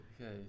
Okay